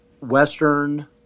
Western